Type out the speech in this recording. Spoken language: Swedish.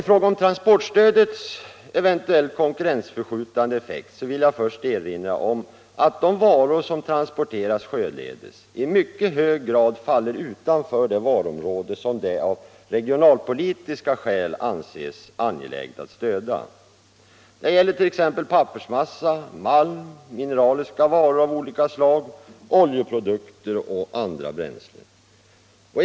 Vad transportstödets eventuellt konkurrensförskjutande effekt angår vill jag erinra om att de varor som transporteras sjöledes i mycket hög grad faller utanför det varuområde som det av regionalpolitiska skäl är angeläget att stödja. Detta gäller t.ex. pappersmassa, malm och mine ralvaror av olika slag samt pljeprodukter och andra bränslen.